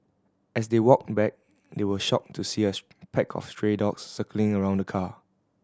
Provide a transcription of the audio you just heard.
as they walked back they were shocked to see pack of stray dogs circling around the car